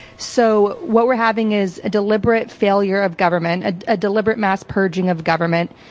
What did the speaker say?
so what we're having is a deliberate failure of government, ah a deliberate mass-purging of government,